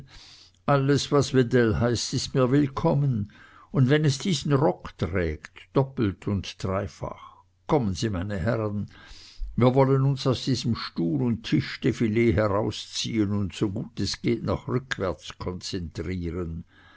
alles was wedell heißt ist mir willkommen und wenn es diesen rock trägt doppelt und dreifach kommen sie meine herren wir wollen uns aus diesem stuhl und tischdefilee herausziehen und so gut es geht nach rückwärts hin konzentrieren